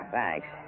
Thanks